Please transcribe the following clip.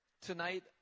Tonight